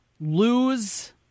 lose